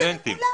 לכולם.